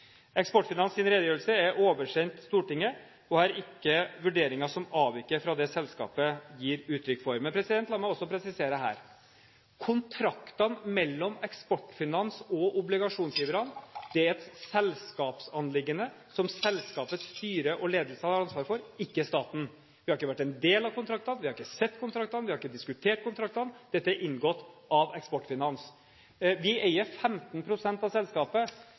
Eksportfinans’ redegjørelse er oversendt Stortinget, og jeg har ikke vurderinger som avviker fra det selskapet gir uttrykk for. Men la meg også presisere her: Kontraktene mellom Eksportfinans og obligasjonseierne er et selskapsanliggende som selskapets styre og ledelse har ansvaret for – ikke staten. Vi har ikke vært en del av kontraktene, vi har ikke sett kontraktene, vi har ikke diskutert kontraktene. Disse er inngått av Eksportfinans. Vi eier 15 pst. av selskapet,